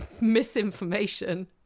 misinformation